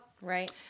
right